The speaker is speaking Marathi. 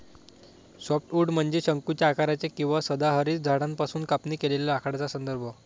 सॉफ्टवुड म्हणजे शंकूच्या आकाराचे किंवा सदाहरित झाडांपासून कापणी केलेल्या लाकडाचा संदर्भ